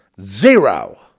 Zero